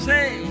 Say